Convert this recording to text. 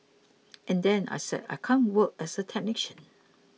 and then I said I can't work as a technician